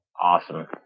awesome